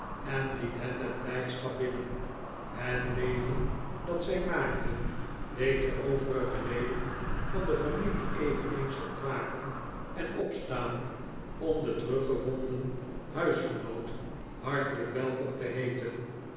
en liet hen met blijdschap binnen het leven dat zij maakten deed de overige leden van de familie eveneens ontwaken en opstaan om den teruggevonden huisgenoot hartelijk welkom te heeten